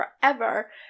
forever